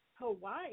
Hawaii